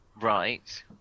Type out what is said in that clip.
Right